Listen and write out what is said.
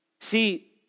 See